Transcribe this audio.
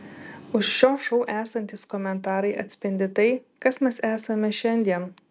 už šio šou esantys komentarai atspindi tai kas mes esame šiandien